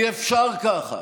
אי-אפשר ככה,